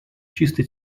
чисто